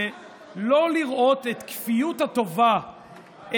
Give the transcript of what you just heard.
ולא לראות את כפיות הטובה,